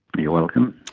you're welcome.